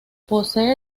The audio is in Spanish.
posee